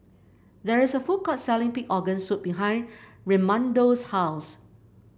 there is a food court selling Pig Organ Soup behind Raymundo's house